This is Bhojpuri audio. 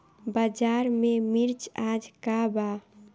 बाजार में मिर्च आज का बा?